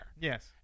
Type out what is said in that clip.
Yes